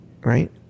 right